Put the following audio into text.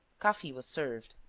coffee was served.